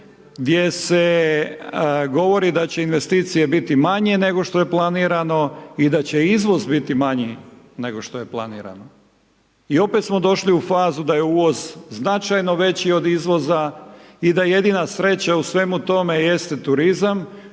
gdje se govori da će investicije biti manje nego što je planirano i da će izvoz biti manji nego što je planirano. I opet smo došli u fazu da je uvoz značajno veći od izvoza i da jedina sreća u svemu tome jeste turizam